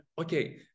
okay